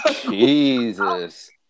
Jesus